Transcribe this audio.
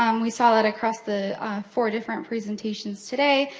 um we saw that across the four different presentations today,